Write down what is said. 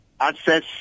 access